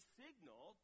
signal